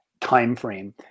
timeframe